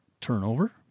Turnover